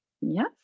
Yes